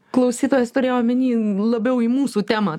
klausytojas turėjo omeny labiau į mūsų temą